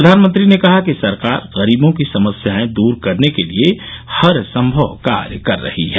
प्रधानमंत्री ने कहा कि सरकार गरीबों की समस्याएं दूर करने के लिए हरसंभव कार्य कर रही है